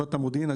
חטיבת המודיעין,